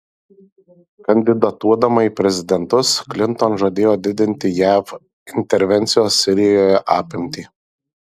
kandidatuodama į prezidentus klinton žadėjo didinti jav intervencijos sirijoje apimtį